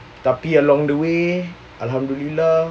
tapi along the way alhamdulillah